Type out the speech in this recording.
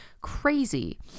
Crazy